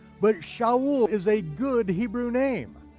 but saul is a good hebrew name.